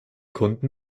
kunden